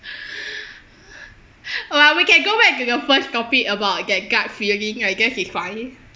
well we can go back to your first topic about that gut feeling I guess it's fine